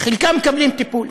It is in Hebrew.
חלקם מקבלים טיפול,